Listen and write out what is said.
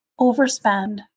overspend